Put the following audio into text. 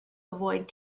avoid